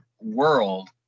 world